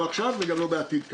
לא עכשיו וגם לא בעתיד כנראה.